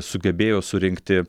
sugebėjo surinkti